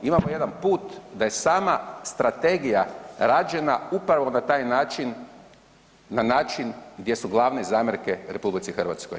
Imamo jedan put da je sama strategija rađena upravo na taj način, na način gdje su glavne zamjerke RH.